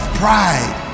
pride